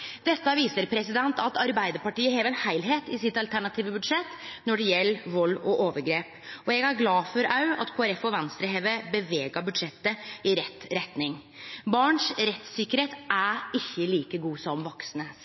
Dette viser at Arbeidarpartiet har ein heilskap i sitt alternative budsjett når det gjeld vald og overgrep, og eg er glad for at Kristeleg Folkeparti og Venstre har bevega budsjettet i rett retning. Barns rettstryggleik er ikkje like god som vaksne